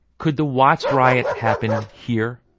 could the watts riot happen here?